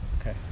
Okay